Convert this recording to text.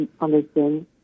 understand